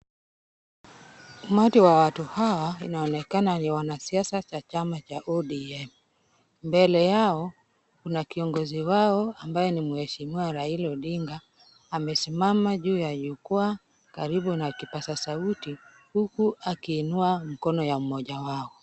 Umati wa watu hawa inaonekana ni wanasiasa cha chama cha ODM . Mbele yao, kuna kiongozi wao ambaye ni mheshimiwa Raila Odinga amesimama juu ya jukwaa karibu na kipaza sauti huku akiinua mkono ya mmoja wao.